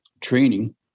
training